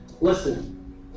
Listen